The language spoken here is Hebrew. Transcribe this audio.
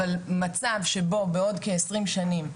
אבל מצב שבו בעוד כ- 20 שנים,